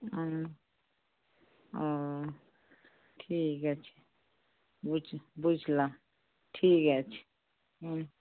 ও ঠিক আছে বুঝ বুঝলাম ঠিক আছে হুম